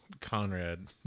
Conrad